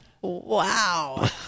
Wow